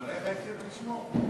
גם עליך התחילו לשמור?